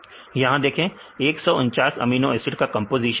यहां देखें 149 amino acid का कंपोजीशन क्या है